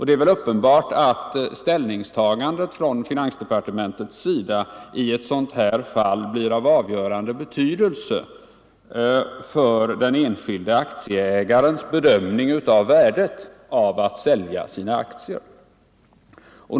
Det är väl uppenbart att ställningstagandet från finansdepartementets sida i ett sådant fall blir av avgörande betydelse för den enskilde aktieägarens bedömning av värdet av att sälja sina aktier.